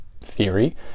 theory